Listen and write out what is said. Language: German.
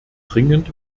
dringend